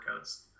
workouts